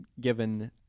given